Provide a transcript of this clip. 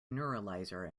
neuralizer